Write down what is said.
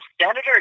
senator